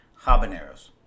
habaneros